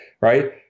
right